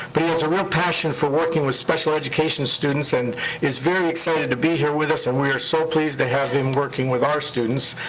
but he has a real passion for working with special education students and is very excited to be here with us, and we are so pleased to have him working with our students.